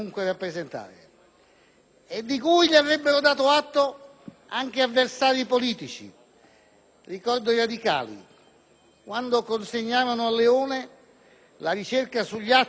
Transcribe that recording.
e di cui gli avrebbero dato atto anche avversari politici: ricordo quando i radicali consegnarono a Leone la ricerca sugli atti della sua Presidenza